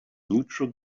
neutral